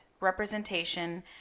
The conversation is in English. representation